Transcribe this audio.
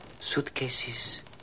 suitcases